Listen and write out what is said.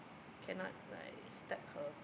cannot like step her